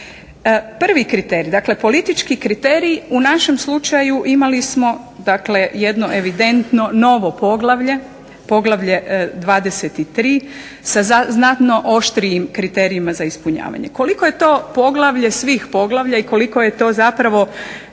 Prvi kriterij, dakle politički kriterij. U našem slučaju imali smo dakle jedno evidentno novo poglavlje, poglavlje 23. sa znatno oštrijim kriterijima za ispunjavanje. Koliko je to poglavlje svih poglavlja i koliko je to zapravo